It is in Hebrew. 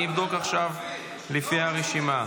אני אבדוק עכשיו לפי הרשימה.